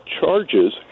charges